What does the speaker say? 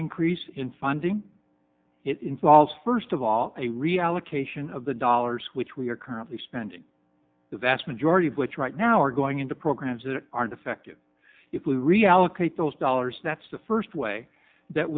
increase in funding it involves first of all a reallocation of the dollars which we are currently spending the vast majority of which right now are going into programs that aren't effective if we reallocate those dollars that's the first way that